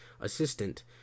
assistant